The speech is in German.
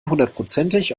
hundertprozentig